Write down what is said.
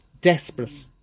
desperate